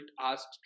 asked